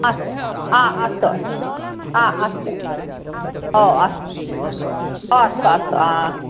अस्तु हा अस्तु हा अस्तु ओ अस् अस्तु अस्तु हा